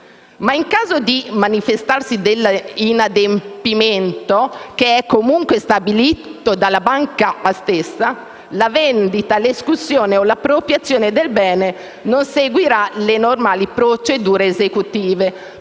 in caso di manifestarsi dell'inadempimento, che è comunque stabilito dalla banca stessa, la vendita, l'escussione o l'appropriazione del bene non seguiranno le normali procedure esecutive,